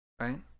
Right